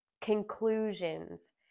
conclusions